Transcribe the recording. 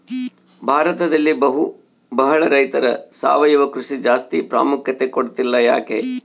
ಭಾರತದಲ್ಲಿ ಬಹಳ ರೈತರು ಸಾವಯವ ಕೃಷಿಗೆ ಜಾಸ್ತಿ ಪ್ರಾಮುಖ್ಯತೆ ಕೊಡ್ತಿಲ್ಲ ಯಾಕೆ?